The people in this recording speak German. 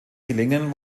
gelegenen